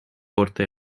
porta